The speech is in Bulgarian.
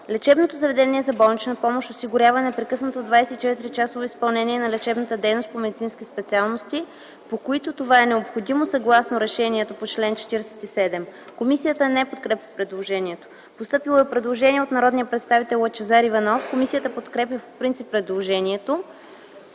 Лечебното заведение за болнична помощ осигурява непрекъснато 24-часово изпълнение на лечебна дейност по медицински специалности, по които това е необходимо, съгласно решението по чл. 47.” Комисията не подкрепя предложението. Постъпило е предложение от народния представител Лъчезар Иванов. Комисията подкрепя по принцип предложението.